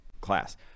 class